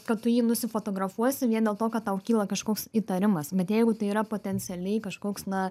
kad tu jį nusifotografuosi vien dėl to kad tau kyla kažkoks įtarimas bet jeigu tai yra potencialiai kažkoks na